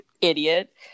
idiot